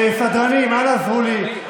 סדרנים, אנא עזרו לי.